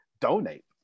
donate